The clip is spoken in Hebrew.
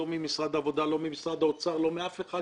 לא ממשרד העבודה ולא ממשרד האוצר ולא מאף אחד.